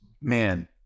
man